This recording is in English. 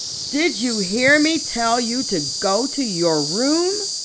did you hear me tell you to go to your room?